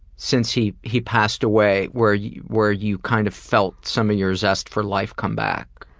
since he he passed away where you where you kind of felt some of your zest for life come back?